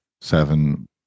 seven